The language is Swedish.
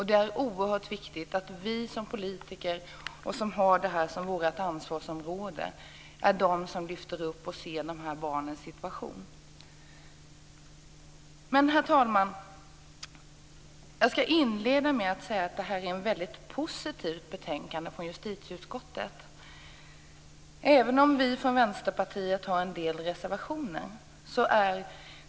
Det är oerhört viktigt att vi som politiker, vi som har det här som vårt ansvarsområde, är de som lyfter fram det här och ser de här barnens situation. Herr talman! Jag vill annars börja med att säga att det här är ett väldigt positivt betänkande från justitieutskottet - även om vi från Vänsterpartiet har en del reservationer.